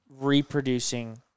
reproducing